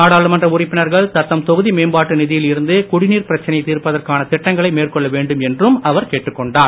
நாடாளுமன்ற உறுப்பினர்கள் தத்தம் தொகுதி மேம்பாட்டு நிதியில் இருந்து குடிநீர்ப் பிரச்சனையைத் தீர்ப்பதான திட்டங்களை மேற்கொள்ள வேண்டும் என்றும் அவர் கேட்டுக் கொண்டார்